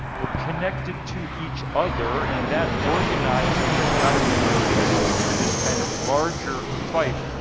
we're connected to each other and that organizing has got to be the basis for this kind of larger fight.